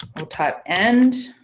i'll type and